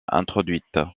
introduites